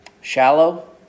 Shallow